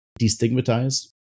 destigmatize